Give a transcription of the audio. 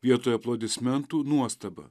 vietoj aplodismentų nuostaba